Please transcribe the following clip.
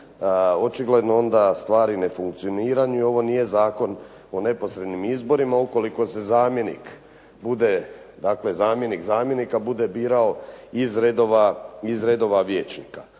očigledno onda stvari ne funkcioniraju. Ovo nije zakon o neposrednim izborima. Ukoliko se zamjenik bude, dakle zamjenik zamjenika bude birao iz redova vijećnika.